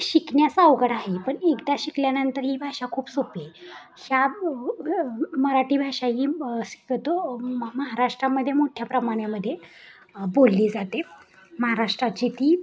शिकण्यास अवघड आहे पण एकदा शिकल्यानंतर ही भाषा खूप सोपी आहे शा मराठी भाषा ही शिकतो म महाराष्ट्रामध्ये मोठ्या प्रमाणामध्ये बोलली जाते महाराष्ट्राची ती